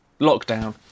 lockdown